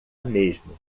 mesmo